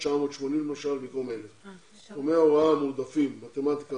980 ל למשל במקום 1,000. גורמי ההוראה המועדפים מתמטיקה,